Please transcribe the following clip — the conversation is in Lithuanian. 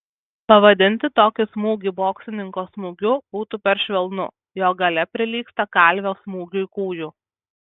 pavadinti tokį smūgį boksininko smūgiu būtų per švelnu jo galia prilygsta kalvio smūgiui kūju